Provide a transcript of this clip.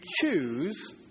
choose